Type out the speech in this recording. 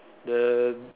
the